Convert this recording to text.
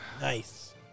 Nice